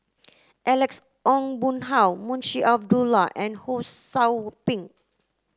Alex Ong Boon Hau Munshi Abdullah and Ho Sou Ping